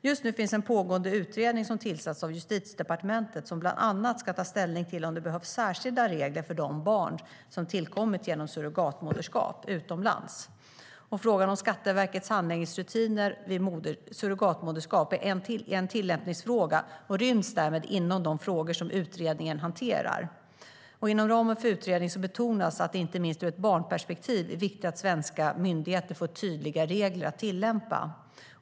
Det finns en pågående utredning som tillsatts av Justitiedepartementet som bland annat ska ta ställning till om det behövs särskilda regler för de barn som tillkommit genom surrogatmoderskap utomlands. Frågan om Skatteverkets handläggningsrutiner vid surrogatmoderskap är en tillämpningsfråga och ryms därmed inom de frågor som utredningen hanterar. Inom ramen för utredningen betonas att det inte minst ur ett barnperspektiv är viktigt att svenska myndigheter får tydliga regler att tillämpa.